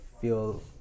feel